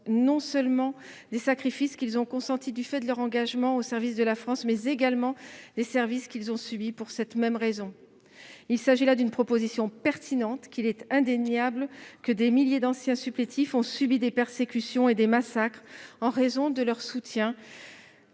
non seulement des sacrifices qu'ils ont consentis du fait de leur engagement au service de la France, mais également des sévices qu'ils ont subis pour cette même raison. Il s'agit là d'une proposition pertinente. Il est indéniable que des milliers d'anciens supplétifs ont subi des persécutions et des massacres en raison de leur soutien